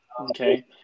okay